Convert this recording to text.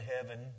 heaven